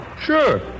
Sure